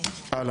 הלאה.